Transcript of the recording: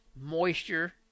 Moisture